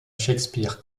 shakespeare